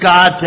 God